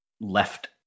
left